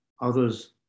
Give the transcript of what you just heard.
others